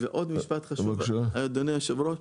ועוד משפט חשוב אדוני היושב ראש,